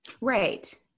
Right